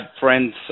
friends